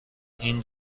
این